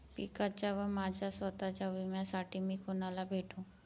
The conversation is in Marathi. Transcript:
पिकाच्या व माझ्या स्वत:च्या विम्यासाठी मी कुणाला भेटू?